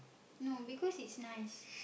no because it is nice